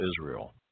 Israel